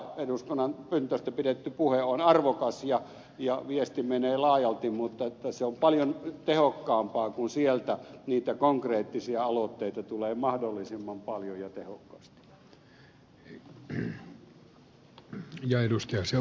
eduskunnan pöntöstä pidetty puhe on arvokas ja viesti menee laajalti mutta se on paljon tehokkaampaa kun sieltä niitä konkreettisia aloitteita tulee mahdollisimman paljon ja tehokkaasti